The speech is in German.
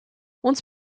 uns